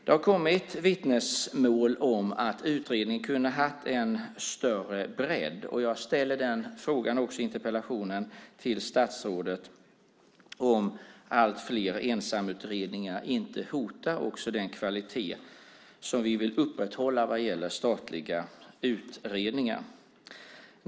Det har kommit vittnesmål om att utredningen hade kunnat ha en större bredd. I interpellationen till statsrådet ställer jag frågan om inte allt fler ensamutredningar hotar också den kvalitet som vi vill upprätthålla vad gäller statliga utredningar.